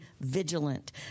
vigilant